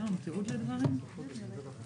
אין בעיה, אתה תכתוב --- ואז מה אתה מציע?